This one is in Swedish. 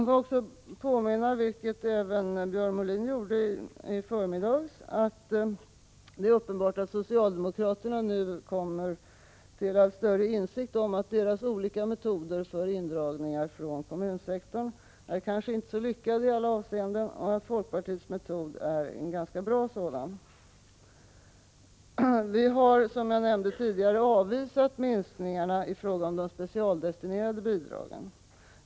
Jag vill — vilket även Björn Molin gjorde i förmiddags — påminna om att det är uppenbart att socialdemokraterna nu kommer till allt större insikt om att deras olika metoder för indragningar från kommunsektorn kanske inte är så lyckade i alla avseenden, medan folkpartiets metod är en ganska bra sådan. Vi har, som jag nämnde tidigare, avvisat minskningarna i fråga om de specialdestinerade bidragen.